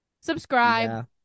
subscribe